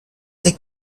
they